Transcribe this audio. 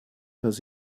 dass